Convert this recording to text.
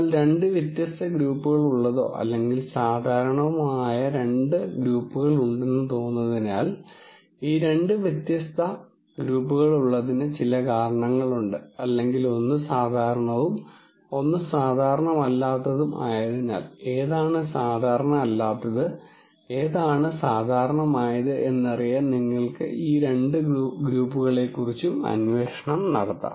എന്നാൽ രണ്ട് വ്യത്യസ്ത ഗ്രൂപ്പുകൾ ഉള്ളതോ അല്ലെങ്കിൽ സാധാരണമോ ആയ രണ്ട് ഗ്രൂപ്പുകൾ ഉണ്ടെന്ന് തോന്നുന്നതിനാൽ ഈ രണ്ട് വ്യത്യസ്ത ഗ്രൂപ്പുകൾ ഉള്ളതിന് ചില കാരണങ്ങളുണ്ട് അല്ലെങ്കിൽ ഒന്ന് സാധാരണവും ഒന്ന് സാധാരണമല്ലാത്തതും ആയതിനാൽ ഏതാണ് സാധാരണ അല്ലാത്തത് ഏതാണ് സാധാരണമായത് എന്നറിയാൻ നിങ്ങൾക്ക് ഈ രണ്ട് ഗ്രൂപ്പുകളെക്കുറിച്ചും അന്വേഷണം നടത്താം